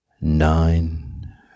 Nine